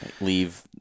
leave